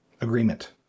agreement